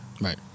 Right